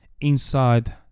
inside